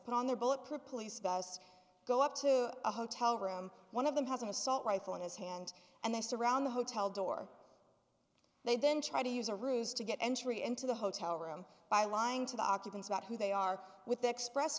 put on their bulletproof police vests go up to a hotel room one of them has an assault rifle in his hand and they surround the hotel door they then try to use a ruse to get entry into the hotel room by lying to the occupants about who they are with express